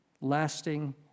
lasting